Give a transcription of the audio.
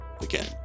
Again